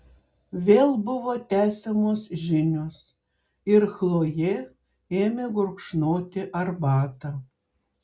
vėl buvo tęsiamos žinios ir chlojė ėmė gurkšnoti arbatą